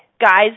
Guys